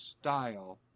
style